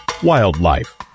Wildlife